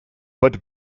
but